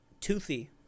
toothy